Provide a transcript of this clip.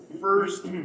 first